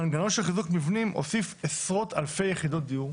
המנגנון של חיזוק מבנים הוסיף עשרות אלפי יחידות דיור.